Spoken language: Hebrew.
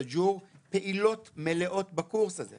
סאג'ור פעילות מלאות בקורס הזה.